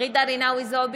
ג'ידא רינאוי זועבי,